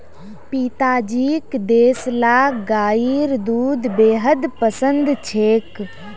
पिताजीक देसला गाइर दूध बेहद पसंद छेक